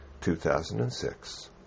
2006